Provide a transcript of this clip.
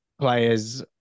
players